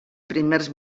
primers